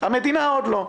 המדינה עוד לא.